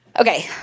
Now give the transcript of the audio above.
Okay